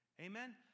Amen